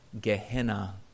Gehenna